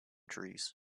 trees